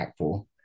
impactful